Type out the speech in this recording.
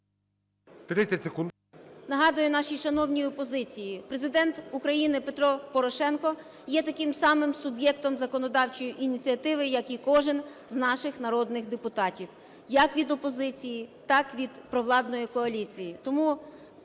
Нагадую нашій шановній опозиції, Президент України Петро Порошенко є таким самим суб'єктом законодавчої ініціативи, як і кожен з наших народних депутатів як від опозиції, так від провладної коаліції.